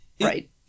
Right